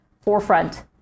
forefront